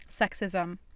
sexism